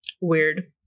Weird